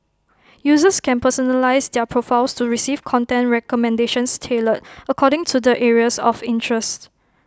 users can personalise their profiles to receive content recommendations tailored according to their areas of interest